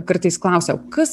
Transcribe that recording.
kartais klausia kas